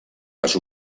les